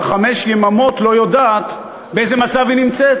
חמש יממות לא יודעת באיזה מצב היא נמצאת.